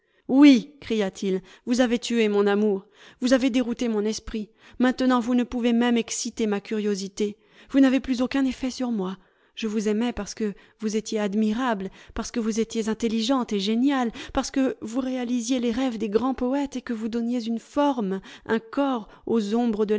oui cria-t-il vous avez tué mon amour vous avez dérouté mon esprit maintenant vous ne pouvez même exciter ma curiosité vous n'avez plus aucun effet sur moi je vous aimais parce que vous étiez admirable parce que vous étiez intelligente et géniale parce que vous réalisiez les rêves des grands poètes et que vous donniez une forme un corps aux ombres